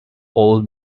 old